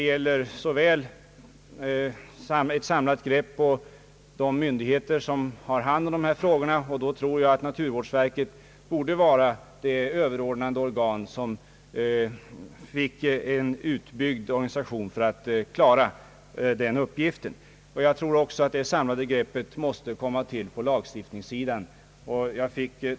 Bland de myndigheter som har hand om dessa frågor tror jag att naturvårdsverket bör vara det överordnade organet och få en utbyggd organisation för att klara denna uppgift. Jag tror också att ett samlat grepp måste komma till på lagstiftningssidan.